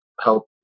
help